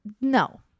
no